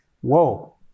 Whoa